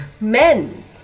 men